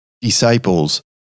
disciples